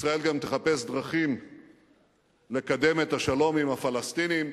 ישראל גם תחפש דרכים לקדם את השלום עם הפלסטינים,